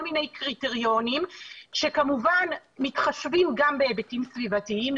כל מיני קריטריונים שכמובן מתחשבים גם בהיבטים סביבתיים,